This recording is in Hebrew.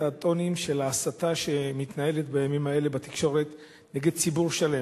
הטונים של ההסתה שמתנהלת בימים האלה בתקשורת נגד ציבור שלם.